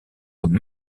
comme